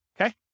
Okay